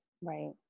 Right